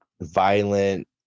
violent